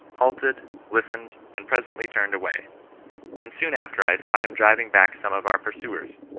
halted, listened, and presently turned away and soon after i saw him driving back some of our pursuers,